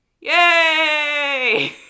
yay